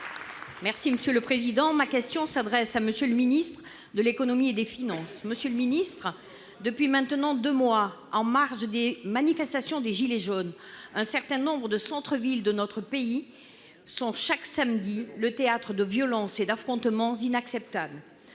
Les Républicains. Ma question s'adresse à M. le ministre de l'économie et des finances. Monsieur le ministre, chaque samedi depuis maintenant deux mois, en marge des manifestations des « gilets jaunes », un certain nombre de centres-villes de notre pays sont le théâtre de violences et d'affrontements inacceptables.